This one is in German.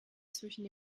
zwischen